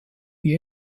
wie